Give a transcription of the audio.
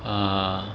uh